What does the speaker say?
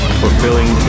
fulfilling